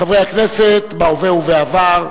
חברי הכנסת בהווה ובעבר,